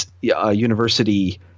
University